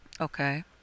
Okay